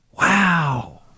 Wow